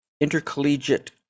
intercollegiate